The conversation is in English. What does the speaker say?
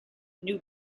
new